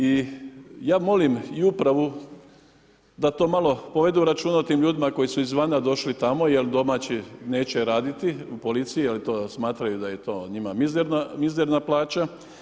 I ja molim upravu da malo povedu računa o tim ljudima koji su izvana došli tamo jel domaći neće raditi u policiji jer smatraju da je to njima mizerna plaća.